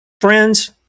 friends